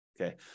Okay